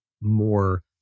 more